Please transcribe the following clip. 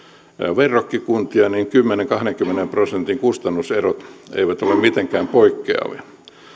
verrokkikuntia niin kymmenen viiva kahdenkymmenen prosentin kustannuserot eivät ole mitenkään poikkeavia